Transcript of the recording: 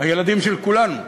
הילדים של כולנו.